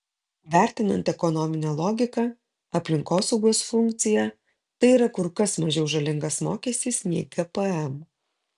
vertinant ekonominę logiką aplinkosaugos funkciją tai yra kur kas mažiau žalingas mokestis nei gpm